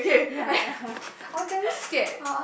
ya ya I was damn scared